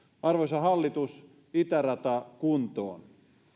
arvoisa hallitus itärata kuntoon